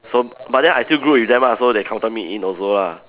so but then I still group with them lah so they counted me in also lah